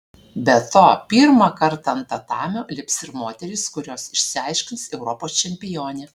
be to pirmą kartą ant tatamio lips ir moterys kurios išsiaiškins europos čempionę